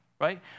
right